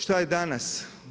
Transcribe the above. Šta je danas?